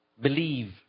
believe